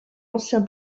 ancien